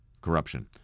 corruption